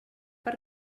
per